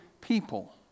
people